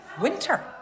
winter